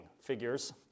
figures